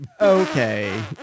Okay